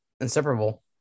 inseparable